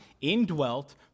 indwelt